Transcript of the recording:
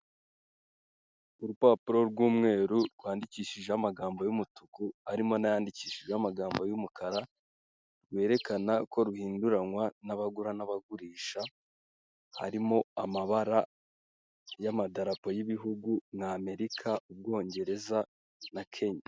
Urupapuro rw'umweru rwandikishijeho amagambo y'umutuku arimo n'ayandikishijweho amagambo y'umukara. Rwerekana ko ruhinduranwa n'abagura n'abagurisha, harimo amabara y'amadarapo y'ibihugu nka Amerika, Ubwongereza na Kenya.